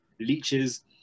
leeches